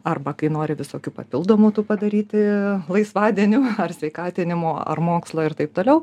arba kai nori visokių papildomų tų padaryti laisvadienių ar sveikatinimo ar mokslo ir taip toliau